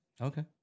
Okay